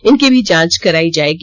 इनकी भी जांच कराई जाएगी